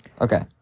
Okay